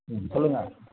ம் சொல்லுங்கள்